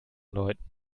läuten